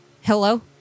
Hello